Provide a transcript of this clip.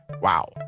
Wow